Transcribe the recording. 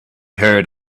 heard